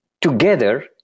together